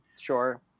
Sure